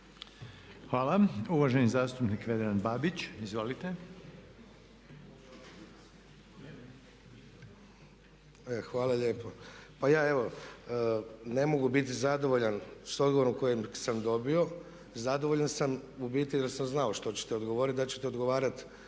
Hvala. Uvaženi zastupnik Vedran Babić, izvolite. **Babić, Vedran (SDP)** Hvala lijepo. Pa ja evo ne mogu biti zadovoljan s odgovorom koji sam dobio, zadovoljan sam u biti jer sam znao što ćete odgovoriti, da ćete odgovarati